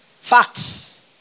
Facts